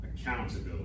accountability